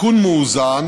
תיקון מאוזן,